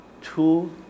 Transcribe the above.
two